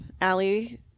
Allie